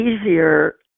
easier